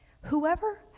whoever